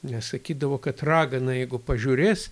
nes sakydavo kad ragana jeigu pažiūrės